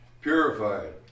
purified